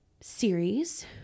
series